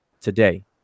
today